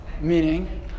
Meaning